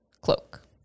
cloak